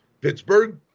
Pittsburgh